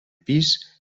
pis